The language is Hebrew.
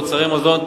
מוצרי מזון,